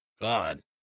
God